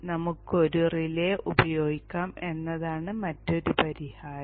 നമുക്ക് ഒരു റിലേ ഉപയോഗിക്കാം എന്നതാണ് മറ്റൊരു പരിഹാരം